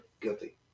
Guilty